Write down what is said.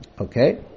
Okay